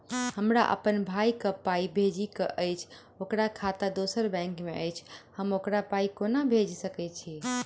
हमरा अप्पन भाई कऽ पाई भेजि कऽ अछि, ओकर खाता दोसर बैंक मे अछि, हम ओकरा पाई कोना भेजि सकय छी?